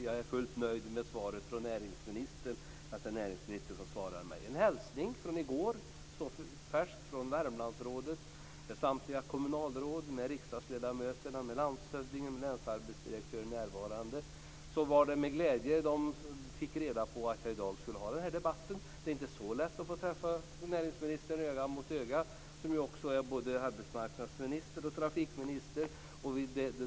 Jag är fullt nöjd med att det är näringsministern som har svarat. Jag har en färsk hälsning från i går från Värmlandsrådet, med samtliga kommunalråd, riksdagsledamöterna, landshövdingen och länsarbetsdirektören närvarande. De var glada för att få veta att jag i dag skulle ha denna debatt. Det är inte så lätt att få träffa näringsministern öga mot öga. Han är ju även arbetsmarknadsminister och trafikminister.